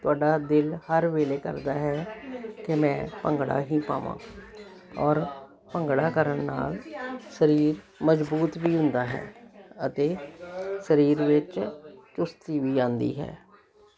ਤੁਹਾਡਾ ਦਿਲ ਹਰ ਵੇਲੇ ਕਰਦਾ ਹੈ ਕਿ ਮੈਂ ਭੰਗੜਾ ਹੀ ਪਾਵਾਂ ਔਰ ਭੰਗੜਾ ਕਰਨ ਨਾਲ ਸਰੀਰ ਮਜ਼ਬੂਤ ਵੀ ਹੁੰਦਾ ਹੈ ਅਤੇ ਸਰੀਰ ਵਿੱਚ ਚੁਸਤੀ ਵੀ ਆਉਂਦੀ ਹੈ